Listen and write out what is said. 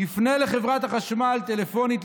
יפנה לחברת החשמל טלפונית,